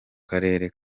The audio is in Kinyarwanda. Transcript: karere